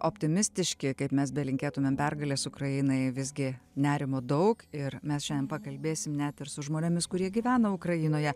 optimistiški kaip mes belinkėtumėm pergalės ukrainai visgi nerimo daug ir mes šiandien pakalbėsim net ir su žmonėmis kurie gyvena ukrainoje